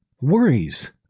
worries